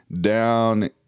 down